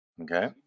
Okay